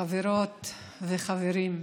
חברות וחברים,